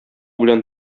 белән